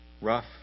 Rough